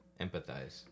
empathize